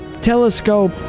telescope